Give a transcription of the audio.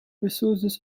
resources